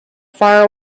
far